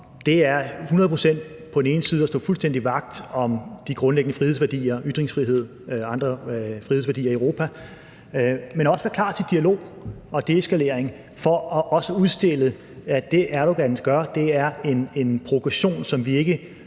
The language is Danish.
hundrede procent og fuldstændig vagt om de grundlæggende frihedsværdier i Europa – ytringsfrihed og andre frihedsværdier – og på den anden side at være klar til dialog og deeskalering for også at udstille, at det, Erdogan gør, er en provokation, som vi ikke